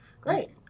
Great